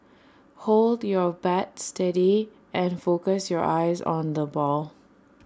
hold your bat steady and focus your eyes on the ball